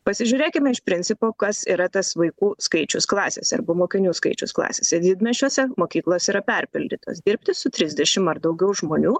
pasižiūrėkime iš principo kas yra tas vaikų skaičius klasėse arba mokinių skaičius klasėse didmiesčiuose mokyklos yra perpildytos dirbti su trisdešim ar daugiau žmonių